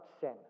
sin